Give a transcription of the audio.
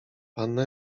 panno